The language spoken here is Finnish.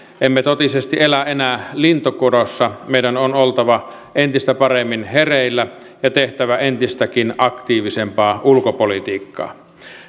emme totisesti elä enää lintukodossa meidän on oltava entistä paremmin hereillä ja tehtävä entistäkin aktiivisempaa ulkopolitiikkaa